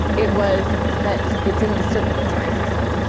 it was that it's in the circulatory system,